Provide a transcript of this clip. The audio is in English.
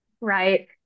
right